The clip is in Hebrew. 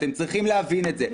אתם צריכים להבין את זה,